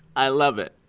i love it.